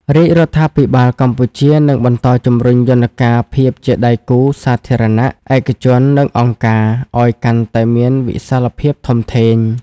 រាជរដ្ឋាភិបាលកម្ពុជានឹងបន្តជំរុញយន្តការភាពជាដៃគូសាធារណៈ ឯកជន និងអង្គការ ឱ្យកាន់តែមានវិសាលភាពធំធេង។